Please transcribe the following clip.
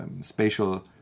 spatial